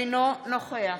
אינו נוכח